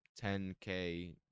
10K